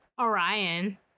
Orion